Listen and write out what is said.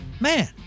Man